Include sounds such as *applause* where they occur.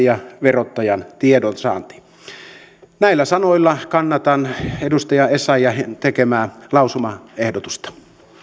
*unintelligible* ja verottajan tiedonsaanti näillä sanoilla kannatan edustaja essayahin tekemää lausumaehdotusta